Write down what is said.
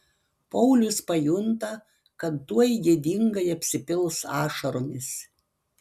paulius pajunta kad tuoj gėdingai apsipils ašaromis